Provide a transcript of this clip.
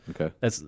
Okay